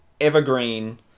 evergreen